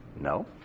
No